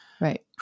right